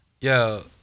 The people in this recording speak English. Yo